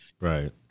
Right